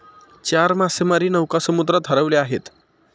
चार मासेमारी नौका समुद्रात हरवल्या आहेत